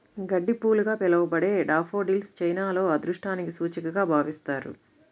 గడ్డిపూలుగా పిలవబడే డాఫోడిల్స్ చైనాలో అదృష్టానికి సూచికగా భావిస్తారు